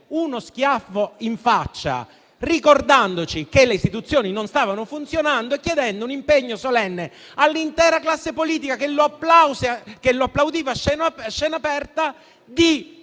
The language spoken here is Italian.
uno schiaffo in faccia, ricordandoci che le istituzioni non stavano funzionando e chiedendo un impegno solenne all'intera classe politica, che lo applaudiva a scena aperta, di